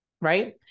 right